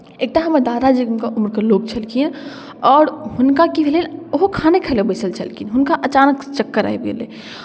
एकटा हमर दादाजीके उम्रके लोक छलखिन आओर हुनका की भेलनि ओहो खाने खाय लेल बैसल छलखिन हुनका अचानकसँ चक्कर आबि गेलै